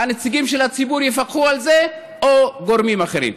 הנציגים של הציבור יפקחו על זה או גורמים אחרים?